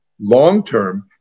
long-term